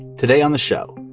today on the show.